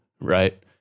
right